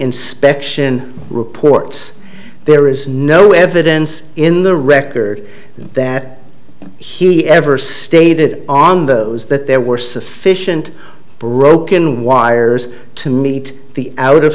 inspection reports there is no evidence in the record that he ever stated on those that there were sufficient broken wires to meet the out of